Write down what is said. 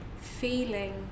feeling